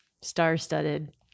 star-studded